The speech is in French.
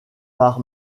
par